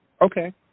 okay